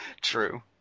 True